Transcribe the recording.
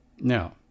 Now